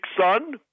son